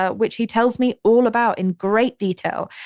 ah which he tells me all about in great detail.